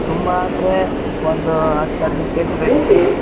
ತುಂಬ ಅಂದರೆ ಒಂದು ಹತ್ತು ಹದಿನೈದು ಕೆಜಿ ಬೇಕಿತ್ತು ಮೇಡಮ್